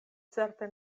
certe